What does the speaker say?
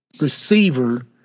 Receiver